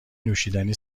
نوشیدنی